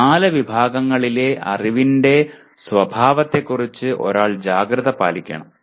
ഈ നാല് വിഭാഗങ്ങളിലെ അറിവിന്റെ സ്വഭാവത്തെക്കുറിച്ച് ഒരാൾ ജാഗ്രത പാലിക്കണം